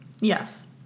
Yes